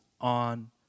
on